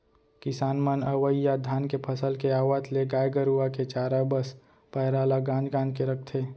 किसान मन अवइ या धान के फसल के आवत ले गाय गरूवा के चारा बस पैरा ल गांज गांज के रखथें